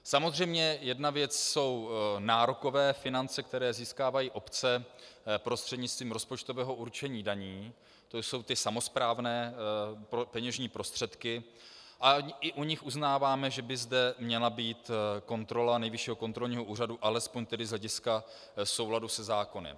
Samozřejmě jedna věc jsou nárokové finance, které získávají obce prostřednictvím rozpočtového určení daní, to jsou samosprávné peněžní prostředky, a i u nich uznáváme, že by zde měla být kontrola Nejvyššího kontrolního úřadu alespoň tedy z hlediska souladu se zákonem.